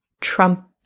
Trump